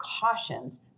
cautions